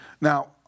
Now